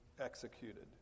executed